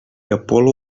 apol·lo